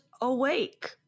awake